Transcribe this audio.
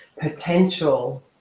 potential